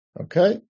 Okay